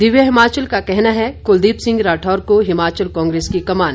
दिव्य हिमाचल का कहना है कुलदीप सिंह राठौर को हिमाचल कांग्रेस की कमान